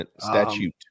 Statute